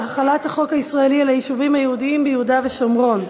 על החלת החוק הישראלי על היישובים היהודיים ביהודה ושומרון,